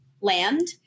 land